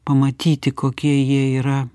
pamatyti kokie jie yra